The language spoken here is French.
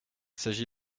s’agit